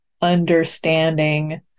understanding